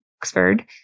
Oxford